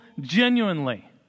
genuinely